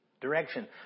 direction